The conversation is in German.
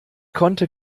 konnte